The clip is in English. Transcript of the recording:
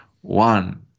one